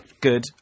Good